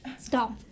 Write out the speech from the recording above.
stop